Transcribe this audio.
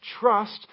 trust